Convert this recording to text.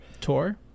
Tour